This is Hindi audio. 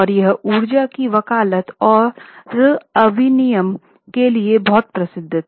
और यह ऊर्जा की वकालत और अविनियमन के लिए बहुत प्रसिद्ध था